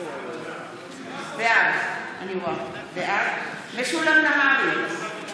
בעד משולם נהרי,